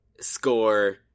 score